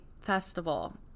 festival